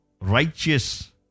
righteous